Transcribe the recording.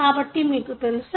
కాబట్టి మీకు తెలుసా